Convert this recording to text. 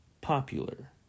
popular